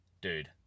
dude